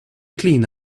clean